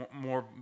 more